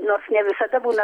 nors ne visada būna